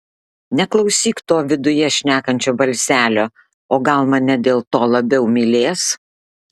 neklausyk to viduje šnekančio balselio o gal mane dėl to labiau mylės